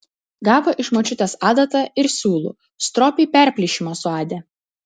gavo iš močiutės adatą ir siūlų stropiai perplyšimą suadė